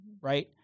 right